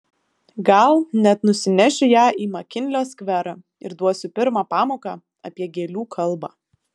gal net nusinešiu ją į makinlio skverą ir duosiu pirmą pamoką apie gėlių kalbą